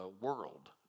world